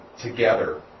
together